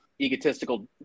egotistical